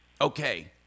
Okay